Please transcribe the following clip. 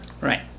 Right